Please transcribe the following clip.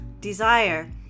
desire